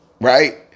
right